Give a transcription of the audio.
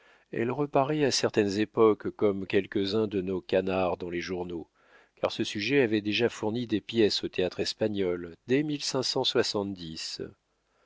elle reparaît à certaines époques comme quelques-uns de nos canards dans les journaux car ce sujet avait déjà fourni des pièces au théâtre espagnol dès